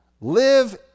live